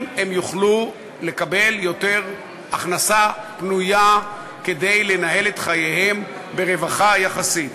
אם הם יוכלו לקבל יותר הכנסה פנויה כדי לנהל את חייהם ברווחה יחסית.